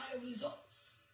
results